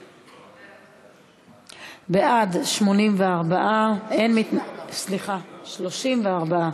בעד, 84, סליחה, 34,